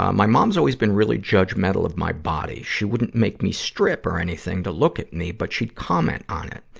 um my mom's always been really judgmental of my body. she wouldn't make me strip or anything to look at me, but she'd comment on it.